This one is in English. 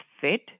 FIT